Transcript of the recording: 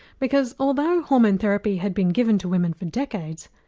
because although hormone therapy had been given to women for decades,